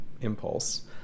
impulse